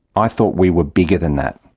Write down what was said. i thought we were bigger than that.